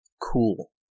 Cool